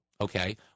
Okay